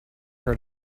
her